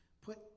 Put